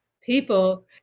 people